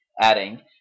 adding